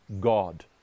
God